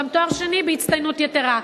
גם תואר שני בהצטיינות יתירה.